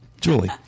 Julie